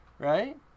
right